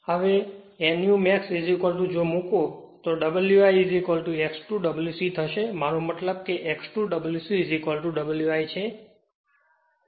હવે તેથી nu max જો મૂકો તો Wi X2 Wc થશે મતલબ કે X2 Wc Wi છે